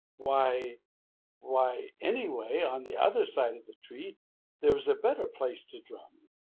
why why anyway, on the other side of the tree there was a better place to drum.